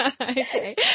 Okay